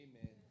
Amen